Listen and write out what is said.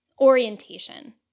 orientation